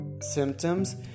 symptoms